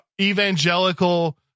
evangelical